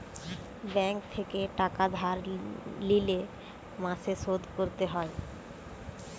bank থেকে টাকা ধার লিলে মাসে মাসে শোধ করতে হয়